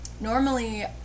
Normally